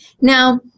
Now